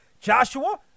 Joshua